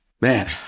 man